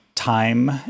time